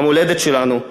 המולדת שלנו,